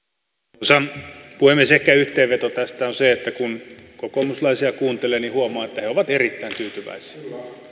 arvoisa puhemies ehkä yhteenveto tästä on se että kun kokoomuslaisia kuuntelee niin huomaa että he ovat erittäin tyytyväisiä